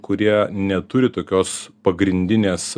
kurie neturi tokios pagrindinės